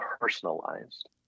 personalized